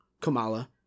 Kamala